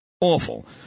Awful